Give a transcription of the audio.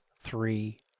three